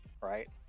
right